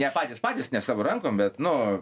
ne patys patys ne savom rankom bet nu